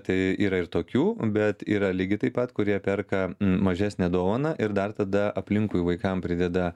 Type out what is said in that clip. tai yra ir tokių bet yra lygiai taip pat kurie perka mažesnę dovaną ir dar tada aplinkui vaikam prideda